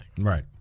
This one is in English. Right